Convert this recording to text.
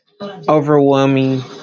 overwhelming